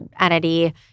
entity